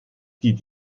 die